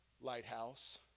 Lighthouse